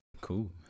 Cool